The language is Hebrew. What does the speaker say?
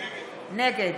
נגד